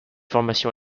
formation